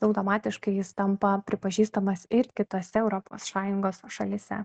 automatiškai jis tampa pripažįstamas ir kitose europos šąjungos šalyse